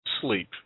sleep